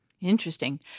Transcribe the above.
Interesting